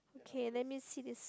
K let me see this